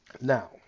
Now